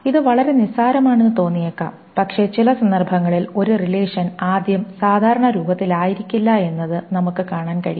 ഇത് വളരെ നിസ്സാരമാണെന്ന് തോന്നിയേക്കാം പക്ഷേ ചില സന്ദർഭങ്ങളിൽ ഒരു റിലേഷൻ ആദ്യ സാധാരണ രൂപത്തിലായിരിക്കില്ലെന്ന് നമുക്ക് കാണാൻ കഴിയും